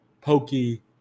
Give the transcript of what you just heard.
Pokey